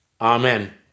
amen